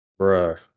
Bruh